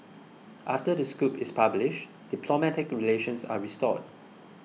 after the scoop is published diplomatic relations are restored